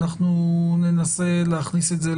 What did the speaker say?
אנחנו ננסה להכניס את זה,